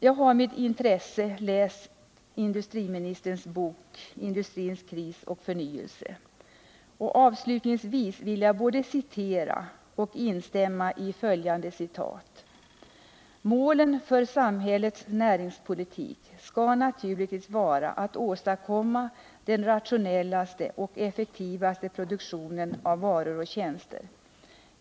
Jag har med intresse läst industriministerns bok Industrins kris och förnyelse, och avslutningsvis vill jag citera och instämma i följande: ”Målen för samhällets näringspolitik ska naturligtvis vara att åstadkomma den rationellaste och effektivaste produktionen av varor och tjänster.